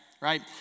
right